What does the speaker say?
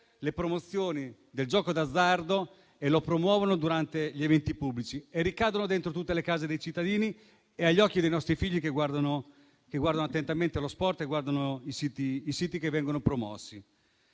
le promozioni del gioco d'azzardo e lo fanno durante gli eventi pubblici ricadendo dentro tutte le case dei cittadini e arrivando ai nostri figli che guardano attentamente lo sport e quei siti che vengono promossi.